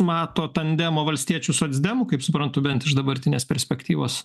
mato tandemo valstiečių socdemų kaip suprantu bent iš dabartinės perspektyvos